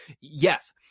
yes